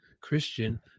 Christian